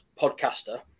podcaster